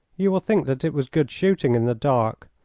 you will think that it was good shooting in the dark,